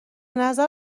نظر